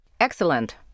Excellent